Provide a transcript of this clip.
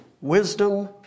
wisdom